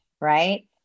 right